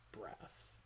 breath